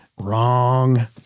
wrong